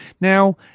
Now